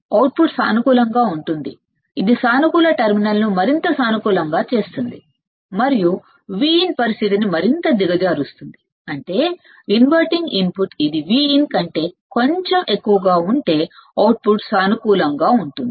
output సానుకూలంగా ఉంటుంది ఇది సానుకూల టెర్మినల్ ను మరింత సానుకూలంగా చేస్తుంది మరియు Vin పరిస్థితిని మరింత దిగజారుస్తుంది అంటే Vin ఇన్వర్టింగ్ ఇన్పుట్ సానుకూల ఇన్పుట్ Vin కంటే కొంచెం ఎక్కువగా ఉంటే అవుట్పుట్ సానుకూలంగా ఉంటుంది